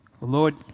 Lord